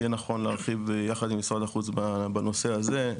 יהיה נכון להרחיב יחד עם משרד החוץ בנושא הזה.